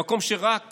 במקום שרק